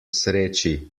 sreči